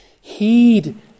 heed